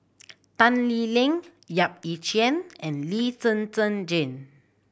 Tan Lee Leng Yap Ee Chian and Lee Zhen Zhen Jane